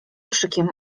krzykiem